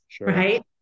right